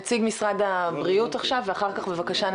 נציג משרד הבריאות עכשיו ואחר כך בבקשה,